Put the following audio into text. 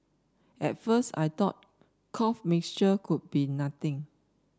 at first I thought cough mixture could be nothing